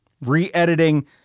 re-editing